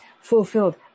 fulfilled